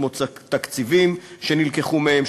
כמו תקציבים שנלקחו מהם,